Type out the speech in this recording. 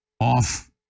off